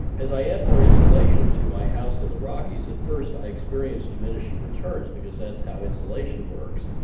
as i add more insulation to my house in the rockies at first i experienced diminishing returns because that's how insulation works,